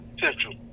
Central